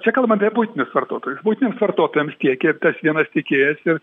čia kalbm apie buitinius vartotojus buitiniams vartotojams tiekė ir tas vienas tiekėjas ir